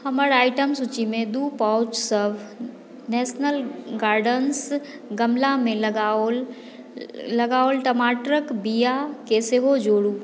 हमर आइटम सूचीमे दू पाउचसभ नैशनल गार्डन्स गमलामे लगाओल लगाओल टमाटरक बीआ के सेहो जोड़ू